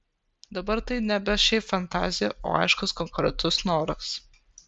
dabar tai nebe šiaip fantazija o aiškus konkretus noras